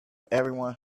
everyone